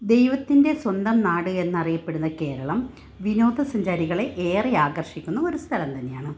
ദൈവത്തിൻ്റെ സ്വന്തം നാട് എന്നറിയപ്പെടുന്ന കേരളം വിനോദ സഞ്ചാരികളെ ഏറെ ആകർഷിക്കുന്ന ഒരു സ്ഥലം തന്നെയാണ്